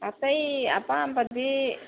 ꯑꯇꯩ ꯑꯄꯥꯝꯕꯗꯤ